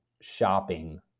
shopping